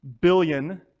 billion